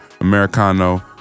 Americano